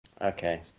Okay